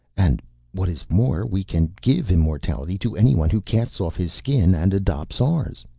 and what is more, we can give immortality to anyone who casts off his skin and adopts ours.